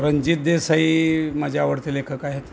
रणजित देसाई माझे आवडते लेखक आहेत